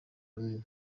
runini